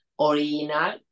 original